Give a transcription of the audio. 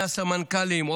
מהסמנכ"לים,